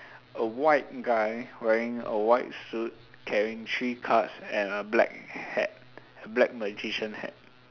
a white guy wearing a white suit carrying three cards and a black hat black magician hat